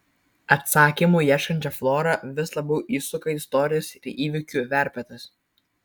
atsakymų ieškančią florą vis labiau įsuka istorijos ir įvykių verpetas